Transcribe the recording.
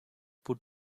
put